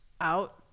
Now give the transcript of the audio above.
out